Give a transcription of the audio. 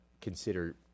consider